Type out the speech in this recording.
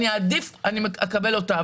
אקבל אותה.